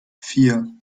vier